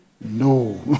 No